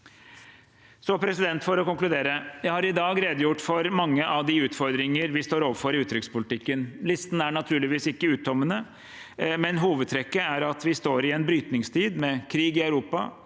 Sør-Afrika. For å konkludere: Jeg har i dag redegjort for mange av de utfordringene vi står overfor i utenrikspolitikken. Listen er naturligvis ikke uttømmende, men hovedtrekket er at vi står i en brytningstid med krig i Europa,